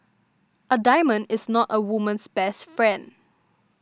a diamond is not a woman's best friend